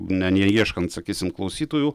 ne neieškant sakysim klausytojų